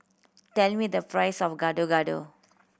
tell me the price of Gado Gado